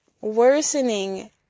worsening